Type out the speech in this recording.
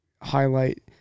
highlight